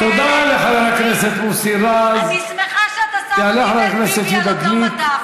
אני שמחה שאתה שם אותי ואת ביבי על אותו מדף,